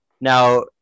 Now